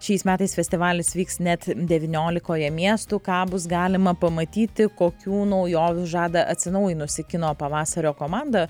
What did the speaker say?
šiais metais festivalis vyks net devyniolikoje miestų ką bus galima pamatyti kokių naujovių žada atsinaujinusi kino pavasario komanda